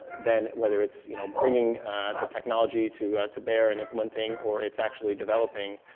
then whether it's you know bringing the technology to to bear and implementing, or it's actually developing,